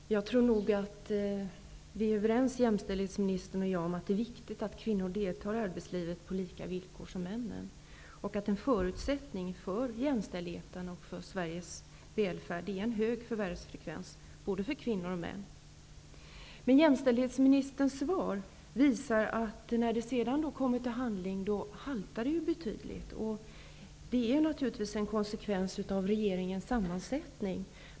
Herr talman! Jämställdhetsministern och jag är nog överens om att det är viktigt att kvinnor deltar i arbetslivet på lika villkor som män. En förutsättning för jämställdheten och för landets välfärd är en hög förvärvsfrekvens både för kvinnor och för män. Jämställdhetsministerns svar visar dock att när det kommer till handling, då haltar det betydligt. Det är naturligtvis en konsekvens av regeringens sammansättning.